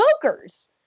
smokers